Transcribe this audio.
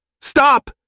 Stop